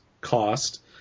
cost